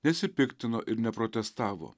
nesipiktino ir neprotestavo